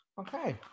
Okay